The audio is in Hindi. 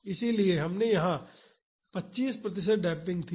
इसलिए हमारे यहां 25 प्रतिशत डेम्पिंग थी